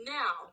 now